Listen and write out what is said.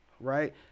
Right